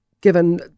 given